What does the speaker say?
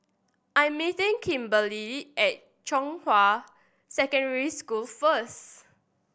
I'm meeting Kimberli at Zhonghua Secondary School first